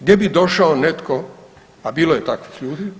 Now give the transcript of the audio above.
Gdje bi došao netko, a bilo je takvih ljudi